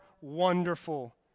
wonderful